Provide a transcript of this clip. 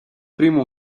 primo